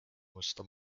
musta